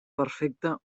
perfecte